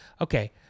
Okay